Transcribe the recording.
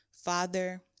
Father